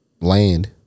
land